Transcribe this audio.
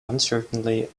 uncertainly